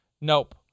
Nope